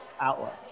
outlook